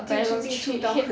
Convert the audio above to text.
not very 要去